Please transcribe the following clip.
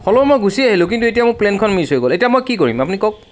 হ'লেও মই গুচি আহিলো কিন্তু এতিয়া মোৰ প্লে'নখন মিছ হৈ গ'ল এতিয়া মই কি কৰিম আপুনি কওক